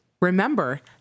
Remember